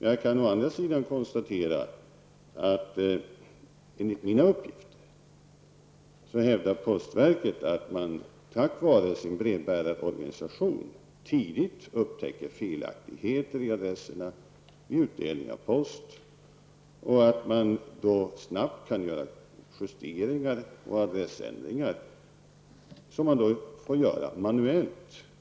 Jag kan däremot konstatera att postverket, enligt mina uppgifter, hävdar att man tack vare sin brevbäraroganisation tidigt upptäcker felaktigheter i adresserna vid utdelning av post. Man kan snabbt göra justeringar och adressändringar. De får göras manuellt.